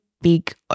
big